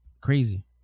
crazy